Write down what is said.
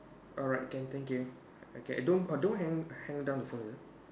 alright can thank you okay don't don't hang hang down the phone is it